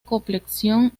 complexión